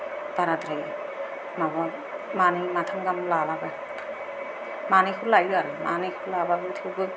बाराद्राय माबा मानै माथाम गाहाम लालाबाया मानैखौ लायो आरो मानैखौ लाबाबो थेवबो